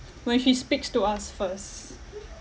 when she speaks to us first